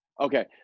Okay